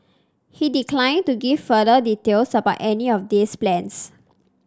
he declined to give further details about any of these plans